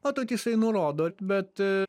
o tokį jisai nurodo bet